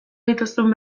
dituzun